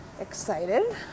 Excited